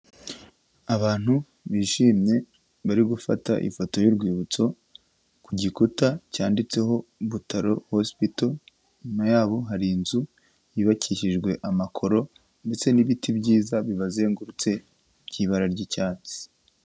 Abantu bishimye bari gufata ifoto y'urwibutso ku gikuta cyanditseho Butaro Hospital, inyuma yabo hari inzu yubakishijwe amakoro ndetse n'ibiti byiza bibazengurutse by'ibara ry'icyatsi.